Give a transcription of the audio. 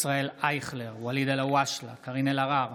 ישראל אייכלר, ואליד אלהואשלה, קארין אלהרר.